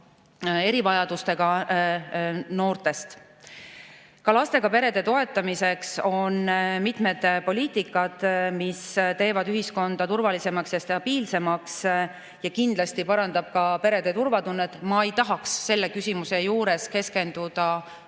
erivajadustega noortest. Ka lastega perede toetamiseks on mitmed poliitikad, mis teevad ühiskonda turvalisemaks ja stabiilsemaks ning kindlasti parandavad perede turvatunnet. Ma ei tahaks selle küsimuse juures keskenduda – seda